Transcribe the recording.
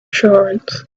assurance